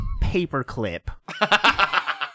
paperclip